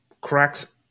cracks